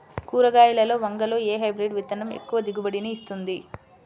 కూరగాయలలో వంగలో ఏ హైబ్రిడ్ విత్తనం ఎక్కువ దిగుబడిని ఇస్తుంది?